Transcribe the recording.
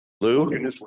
Lou